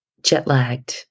jet-lagged